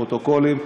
פרוטוקולים,